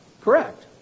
correct